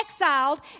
exiled